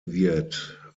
wird